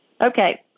Okay